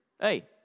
Hey